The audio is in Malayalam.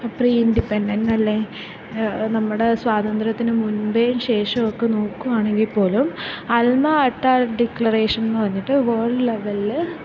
ഫ്രീ ഇൻഡിപെൻഡന്റല്ലേ നമ്മുടെ സ്വാതന്ത്ര്യത്തിൻ്റെ മുൻപെയും ശേഷമൊക്കെ നോക്കുകയാണെങ്കിൽ പോലും അൽമ അറ്റാ ഡിക്ലറേഷനെന്നു പറഞ്ഞിട്ട് വേൾഡ് ലെവലിൽ